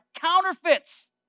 counterfeits